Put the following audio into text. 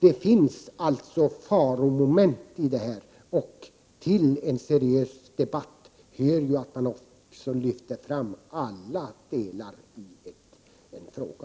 Det finns alltså faromoment i detta. Till en seriös debatt hör att man lyfter fram alla delar av en fråga.